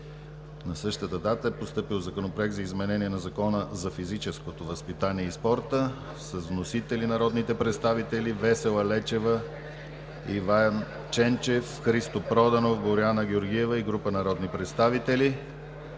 2017 г. е постъпил Законопроект за изменение на Закона за физическото възпитание и спорта. Вносители са народните представители Весела Лечева, Иван Ченчев, Христо Проданов, Боряна Георгиева и група народни представители.